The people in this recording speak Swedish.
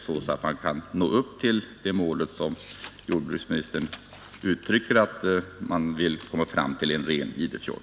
Då kan man nå upp till det mål som jordbruksministern angav: en ren Idefjord.